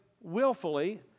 willfully